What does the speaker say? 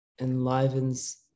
enlivens